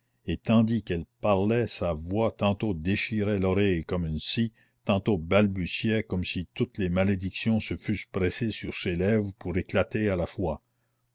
et tandis qu'elle parlait sa voix tantôt déchirait l'oreille comme une scie tantôt balbutiait comme si toutes les malédictions se fussent pressées sur ses lèvres pour éclater à la fois